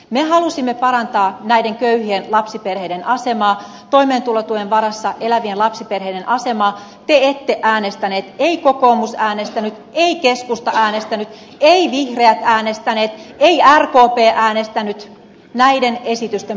me halusimme parantaa näiden köyhien lapsiperheiden asemaa toimeentulotuen varassa elävien lapsiperheiden asemaa te ette äänestänyt ei kokoomus äänestänyt ei keskusta äänestänyt eivät vihreät äänestäneet ei rkp äänestänyt näiden esitysten puolesta